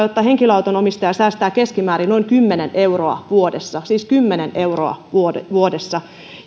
sitä että henkilöauton omistaja säästää keskimäärin noin kymmenen euroa vuodessa siis kymmenen euroa vuodessa